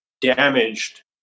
damaged